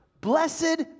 blessed